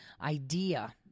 idea